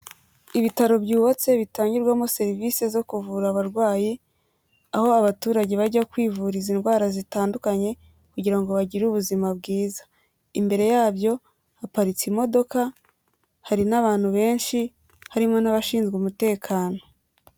Ibitaro byubatse bitangirwamo serivisi zo kuvura abarwayi, aho abaturage bajya kwivuriza indwara zitandukanye kugira ngo bagire ubuzima bwiza, imbere yabyo haparitse imodoka, hari n'abantu benshi, harimo n'abashinzwe umutekano.